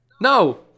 No